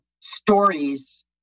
stories